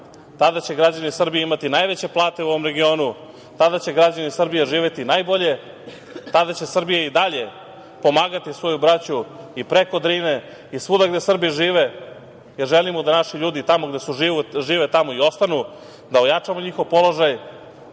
Tada će građani Srbije imati najveće plate u ovom regionu. Tada će građani Srbije živeti najbolje. Tada će Srbija i dalje pomagati svoju braću i preko Drine i svuda gde Srbi žive, jer želimo da naši ljudi tamo gde žive tamo i ostanu, da ojačamo njihov položaj.